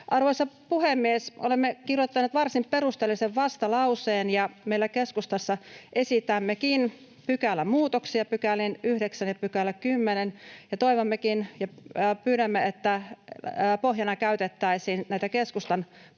Arvoisa puhemies! Olemme kirjoittaneet varsin perusteellisen vastalauseen, ja meillä keskustassa esitämmekin pykälämuutoksia 9 §:ään ja 10 §:ään, ja toivommekin ja pyydämme, että pohjana käytettäisiin tätä keskustan pohjaesitystä.